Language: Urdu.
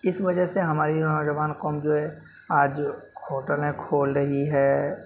اس وجہ سے ہماری نوجوان قوم جو ہے آج ہوٹلیں کھول رہی ہے